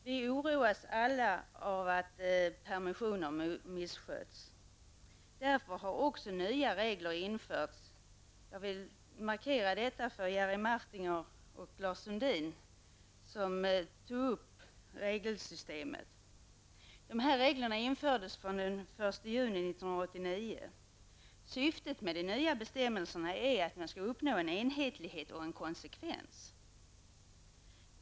Vi oroas alla av att permissioner missköts. Därför har också nya regler införts. Jag vill markera detta för Jerry Martinger och Lars Sundin, som tog upp regelsystemet. Dessa regler infördes den 1 juni 1989. Syftet med de nya bestämmelserna är att man skall uppnå enhetlighet och konsekvens.